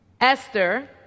Esther